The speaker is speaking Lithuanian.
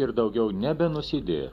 ir daugiau nebenusidėjo